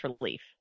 relief